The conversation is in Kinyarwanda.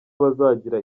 bazagira